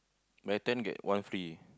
buy ten get one free